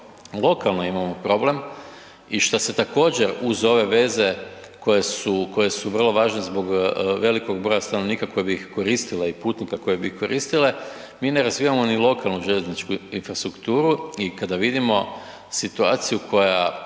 lokalno imamo problem i šta se također uz ove veze koje su vrlo važne zbog velikog broja stanovnika koje bi ih koristile i putnika koje bi ih koristile, mi ne razvijamo ni lokalnu željezničku infrastrukturu i kada vidimo situaciju koja